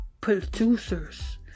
producers